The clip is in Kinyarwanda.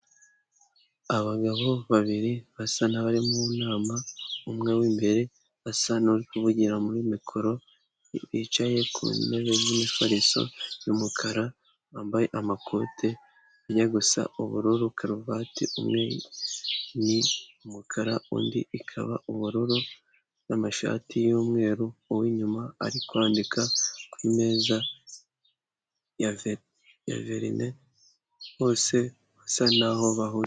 Abagabo babiri basa n'abari mu nama, umwe w'imbere asa n'uri kuvugira muri mikoro, bicaye ku ntebe y'imifariso y'umukara wambaye amakote ajya gusa ubururu, karuvati umwe ni umukara undi ikaba ubururu, n'amashati y'umweru uw'inyuma ari kwandika ku meza ya verine bose basa naho bahu.